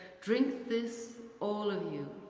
drink this all of you,